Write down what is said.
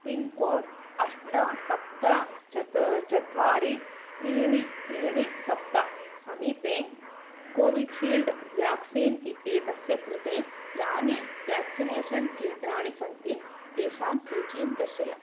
pincode अष्ट सप्त चत् चत्वारि त्रीणि त्रीणि सप्त समीपे कोविड्शील्ड् वेक्सीन् इत्येतस्य कृते यानि वेक्सिनेषन् केन्द्राणि सन्ति तेषाम् सूचीं दर्शय